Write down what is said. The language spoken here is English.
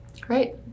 Great